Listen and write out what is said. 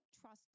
trust